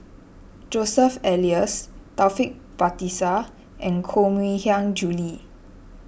Joseph Elias Taufik Batisah and Koh Mui Hiang Julie